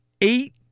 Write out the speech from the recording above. Eight